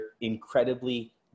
incredibly